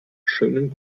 schönen